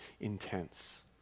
intense